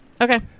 Okay